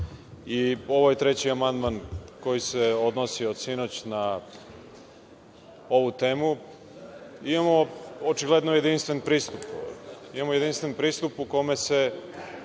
Ovo je treći amandman koji se odnosi od sinoć na ovu temu. Imamo očigledno jedinstven pristup. Imamo jedinstven pristup u kome se